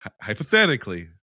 hypothetically